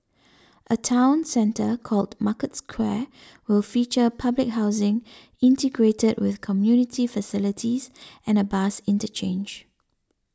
a town centre called Market Square will feature public housing integrated with community facilities and a bus interchange